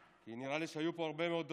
כי נראה לי שהיו פה הרבה מאוד דוברים.